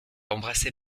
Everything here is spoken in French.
embrasser